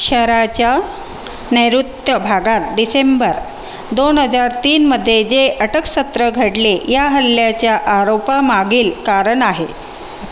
शहराच्या नैऋत्य भागात डिसेंबर दोन हजार तीनमध्ये जे अटकसत्र घडले या हल्ल्याच्या आरोपामागील कारण आहे